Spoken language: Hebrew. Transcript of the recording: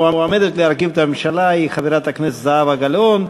המועמדת להרכיב את הממשלה היא חברת הכנסת זהבה גלאון.